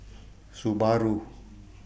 Subaru